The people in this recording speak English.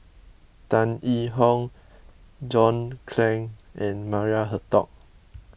Tan Yee Hong John Clang and Maria Hertogh